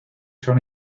son